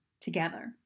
together